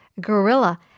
gorilla